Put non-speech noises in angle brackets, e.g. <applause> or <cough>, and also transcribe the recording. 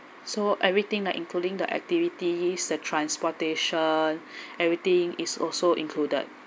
so everything like including the activities the transportation <breath> everything is also included